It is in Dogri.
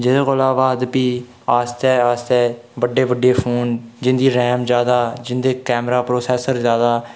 जेह्दे कोला बाद प्ही आस्तै आस्तै बड्डे बड्डे फोन जिं'दी रैम जादा जिं'दे कैमरा प्रोसैसर जादा